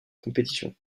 compétition